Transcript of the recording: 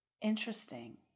Interesting